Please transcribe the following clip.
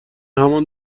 همان